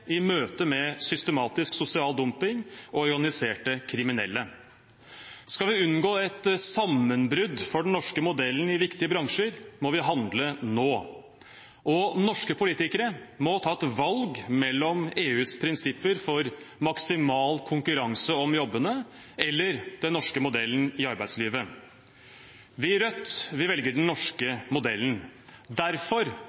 i møte med systematisk sosial dumping og organiserte kriminelle. Skal vi unngå et sammenbrudd for den norske modellen i viktige bransjer, må vi handle nå. Norske politikere må ta et valg: EUs prinsipper for maksimal konkurranse om jobbene eller den norske modellen i arbeidslivet. Vi i Rødt velger den